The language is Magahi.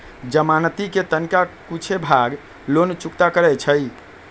जमानती कें तनका कुछे भाग लोन चुक्ता करै छइ